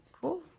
cool